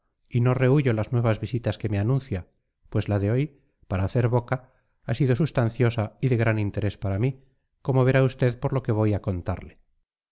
y no rehuyo las nuevas visitas que me anuncia pues la de hoy para hacer boca ha sido sustanciosa y de gran interés para mí como verá usted por lo que voy a contarle